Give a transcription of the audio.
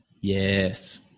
yes